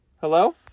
Hello